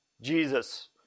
Jesus